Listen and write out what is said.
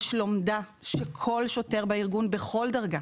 יש לומדה שכל שוטר בארגון בכל דרגה